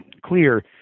clear